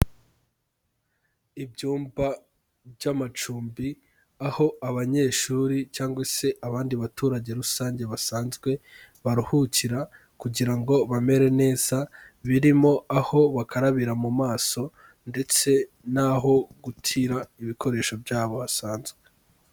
Ibyumba by'amacumbi aho abanyeshuri cyangwa se abandi baturage rusange basanzwe baruhukira kugira ngo bamere neza, birimo aho bakarabira mu maso ndetse n'aho gutira ibikoresho byabo basanzwe.